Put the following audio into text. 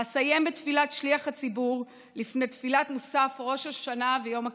ואסיים בתפילת שליח הציבור לפני תפילת מוסף ראש השנה ויום הכיפורים: